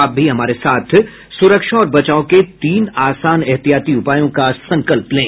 आप भी हमारे साथ सुरक्षा और बचाव के तीन आसान एहतियाती उपायों का संकल्प लें